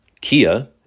Kia